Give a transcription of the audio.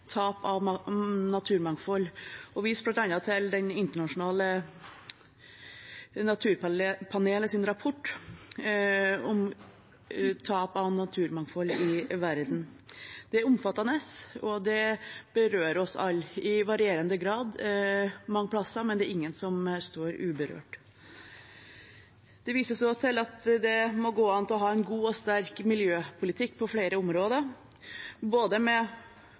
tap av naturmangfold, og viser bl.a. til Det internasjonale Naturpanelets rapport om tap av naturmangfold i verden. Det er omfattende, og det berører oss alle i varierende grad mange steder, men det er ingen som står uberørt. Det vises også til at det må gå an å ha en god og sterk miljøpolitikk på flere områder når det gjelder både